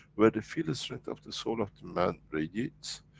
where the field-strength of the soul of the man radiates,